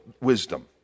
wisdom